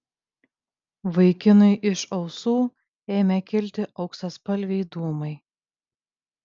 vaikinui iš ausų ėmė kilti auksaspalviai dūmai